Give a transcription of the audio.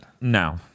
No